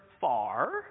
far